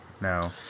No